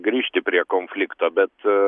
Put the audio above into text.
grįžti prie konflikto bet aaa